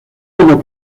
como